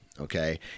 okay